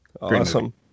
awesome